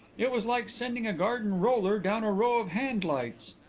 it was like sending a garden roller down a row of handlights.